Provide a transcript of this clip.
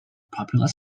popular